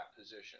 position